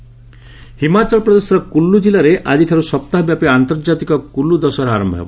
କୁଲ୍ଲୁ ଦଶହରା ହିମାଚଳ ପ୍ରଦେଶର କୁଲ୍କୁ ଜିଲ୍ଲାରେ ଆଜିଠାରୁ ସପ୍ତାହବ୍ୟାପୀ ଆନ୍ତର୍ଜାତିକ କୁଲ୍ଲ ଦଶହରା ଆରମ୍ଭ ହେବ